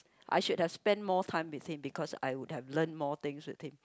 I should have spent more time with him because I would have learn more things with him